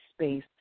space